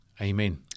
Amen